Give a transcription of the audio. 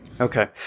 Okay